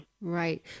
Right